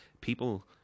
people